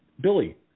Billy